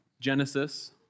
Genesis